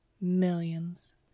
millions